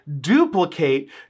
duplicate